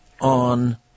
on